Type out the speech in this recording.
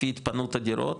לפי התפנות הדירות,